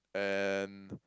and